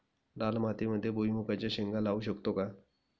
लाल मातीमध्ये भुईमुगाच्या शेंगा लावू शकतो का?